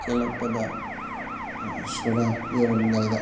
ꯆꯦꯜꯂꯛꯄꯗ ꯁꯣꯔꯥ ꯌꯧꯔꯝꯗꯥꯏꯗ